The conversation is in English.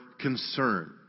concern